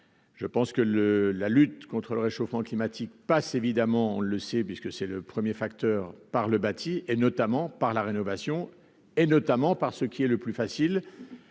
je pense que le la lutte contre le réchauffement climatique passe évidemment le sait puisque c'est le 1er, facteur par le bâti et notamment par la rénovation et notamment par ce qui est le plus facile